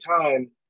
time